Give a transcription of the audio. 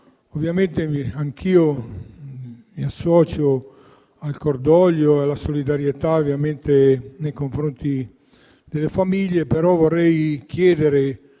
Ovviamente anch'io mi associo al cordoglio e alla solidarietà nei confronti delle famiglie. Vorrei però